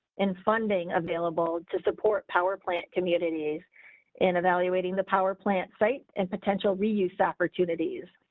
and funding available to support powerplant communities and evaluating the power plant site and potential reuse opportunities.